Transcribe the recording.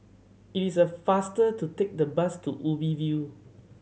it is a faster to take the bus to Ubi View